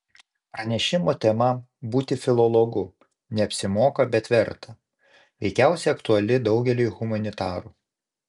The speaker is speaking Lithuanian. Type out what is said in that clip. pranešimo tema būti filologu neapsimoka bet verta veikiausiai aktuali daugeliui humanitarų